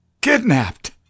kidnapped